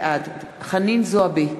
בעד חנין זועבי,